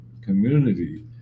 community